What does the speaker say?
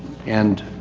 and